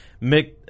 Mick